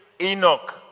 Enoch